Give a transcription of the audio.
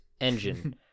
engine